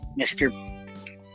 Mr